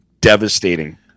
devastating